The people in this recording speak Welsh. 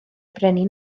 brenin